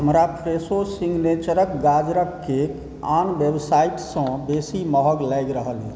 हमरा Fresho signature गाजरक cake आओर वेबसाईटसँ बेसी महग लागि रहलए